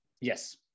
Yes